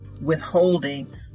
withholding